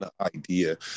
idea